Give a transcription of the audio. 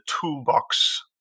toolbox